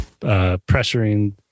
pressuring